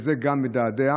וזה גם מדדה?